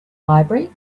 library